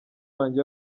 wanjye